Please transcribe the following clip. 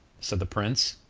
said the prince,